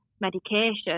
medication